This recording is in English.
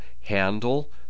handle